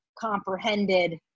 comprehended